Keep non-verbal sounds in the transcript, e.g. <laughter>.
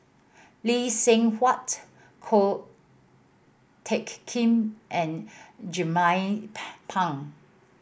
Lee Seng Huat Ko Teck Kin and Jernnine <unintelligible> Pang